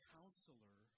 Counselor